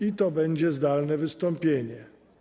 I to będzie zdalne wystąpienie.